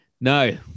No